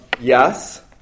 yes